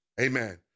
Amen